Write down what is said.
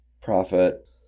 profit